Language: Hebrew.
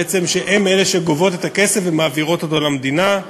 בעצם הן אלה שגובות את הכסף ומעבירות אותו למדינה.